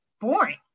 boring